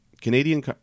Canadian